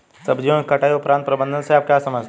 सब्जियों की कटाई उपरांत प्रबंधन से आप क्या समझते हैं?